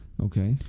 Okay